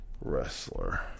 Wrestler